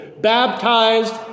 baptized